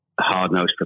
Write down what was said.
hard-nosed